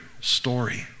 story